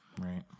Right